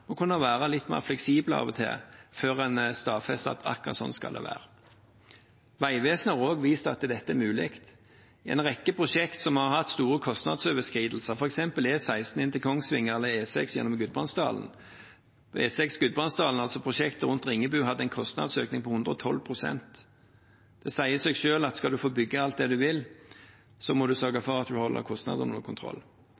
må kunne være litt mer fleksible før vi stadfester at akkurat sånn skal det være. Vegvesenet har også vist at dette er mulig. En rekke prosjekter har hatt store kostnadsoverskridelser, f.eks. E16 inn til Kongsvinger eller E6 gjennom Gudbrandsdalen. For E6 Gudbrandsdalen og prosjektet rundt Ringebu var det en kostnadsøkning på 112 pst. Det sier seg selv at skal en få bygd alt det en vil, må en sørge